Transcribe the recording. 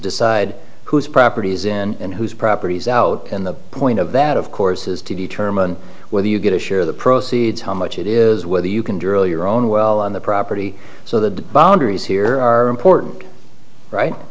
decide whose properties and whose properties out and the point of that of course is to determine whether you get a share the proceeds how much it is whether you can drill your own well on the property so the boundaries here are important right